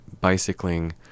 Bicycling